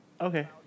Okay